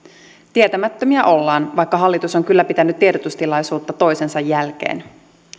tietämättömiä ollaan vaikka hallitus on kyllä pitänyt tiedotustilaisuutta toisensa jälkeen